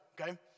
okay